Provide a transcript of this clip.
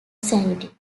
sanity